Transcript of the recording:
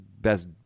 best